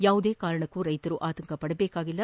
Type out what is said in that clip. ಯಾವುದೇ ಕಾರಣಕ್ಕೂ ರೈತರು ಆತಂಕ ಪಡಬೇಕಾಗಿಲ್ಲ